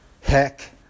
Heck